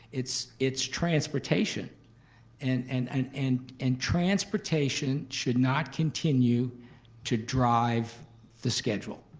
it's it's transportation and and and and and transportation should not continue to drive the schedule.